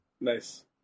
Nice